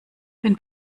bin